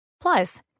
Plus